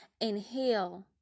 inhale